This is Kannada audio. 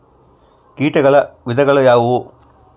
ಕೇಟಗಳ ವಿಧಗಳು ಯಾವುವು?